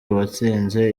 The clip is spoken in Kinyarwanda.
uwatsinze